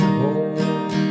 home